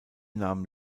nahm